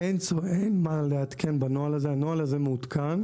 אין מה לעדכן בנוהל הזה, הנוהל הזה מעודכן.